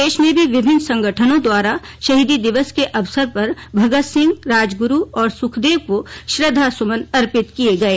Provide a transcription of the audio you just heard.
प्रदेश में भी विभिन्न संगठनों द्वारा शहीदी दिवस के अवसर पर भगत सिंह राजगुरू और सुखदेव को श्रद्धा सुमन अर्पित किए गए